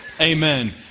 Amen